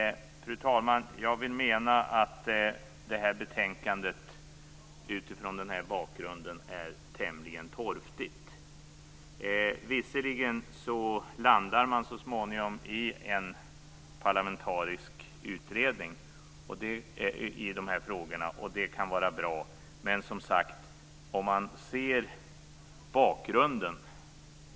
Fru talman! Jag menar att detta betänkande mot den bakgrunden är tämligen torftigt. Visserligen landar man så småningom i en parlamentarisk utredning när det gäller de här frågorna, och det kan vara bra. Men man får, som sagt, se till bakgrunden.